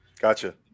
Gotcha